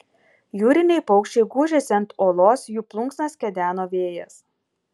jūriniai paukščiai gūžėsi ant uolos jų plunksnas kedeno vėjas